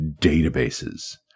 databases